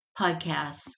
podcasts